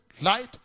light